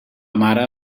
mare